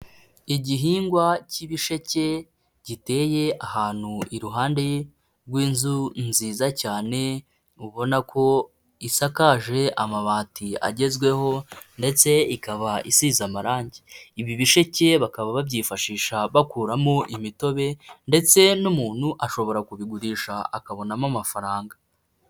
Igihingwa cy'ibisheke giteye ahantu iruhande rw'inzu nziza cyane, ubona ko isakaje amabati agezweho ndetse ikaba isize amarangi. Ibi bisheke bakaba babyifashisha bakuramo umutobe ndetse n'umuntu ashobora kubigurisha akabonamo amafaranga.